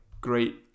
great